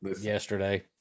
yesterday